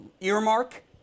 earmark